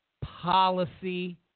policy